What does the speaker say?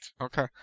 Okay